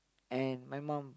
and my mom